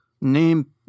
Name